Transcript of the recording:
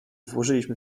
włożyliśmy